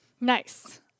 Nice